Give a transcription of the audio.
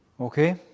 Okay